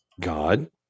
god